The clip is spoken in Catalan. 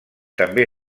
també